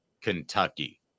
Kentucky